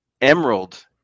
Emerald